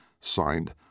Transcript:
signed